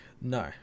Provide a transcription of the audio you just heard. no